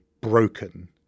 broken